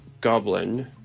Goblin